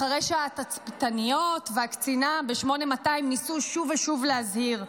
אחרי שהתצפיתניות והקצינה ב-8200 ניסו שוב ושוב להזהיר.